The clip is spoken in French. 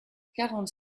quarante